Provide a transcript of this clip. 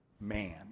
man